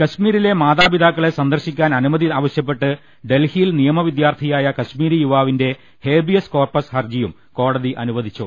കശ്മീരിലെ മാതാപിതാക്കളെ സന്ദർശിക്കാൻ അനുമതി ആവശൃപ്പെട്ട് ഡൽഹിയിൽ നിയമ പ്രിദ്യാർത്ഥിയായ കശ്മീരി യുവാ വിന്റെ ഹേബിയസ് കോർപസ് ഹർജിയും കോടതി അനു വദിച്ചു